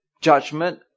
judgment